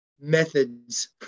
methods